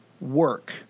work